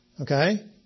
Okay